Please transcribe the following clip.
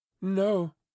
No